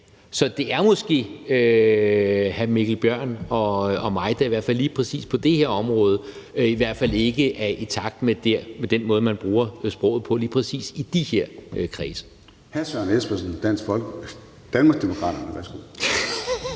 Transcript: Så det er måske hr. Mikkel Bjørn og mig, der i hvert fald lige præcis på det her område ikke er i takt med den måde, man bruger sproget på lige præcis i de her kredse.